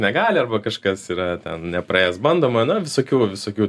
negali arba kažkas yra nepraėjęs bandomojo nu visokių visokių